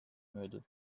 müüdud